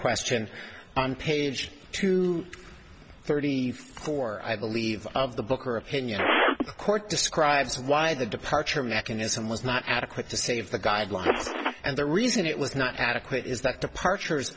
question on page two thirty four i believe of the book or opinion court describes why the departure mechanism was not adequate to save the guidelines and the reason it was not adequate is that departures